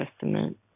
Testament